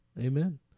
amen